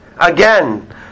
again